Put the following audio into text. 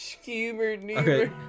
Okay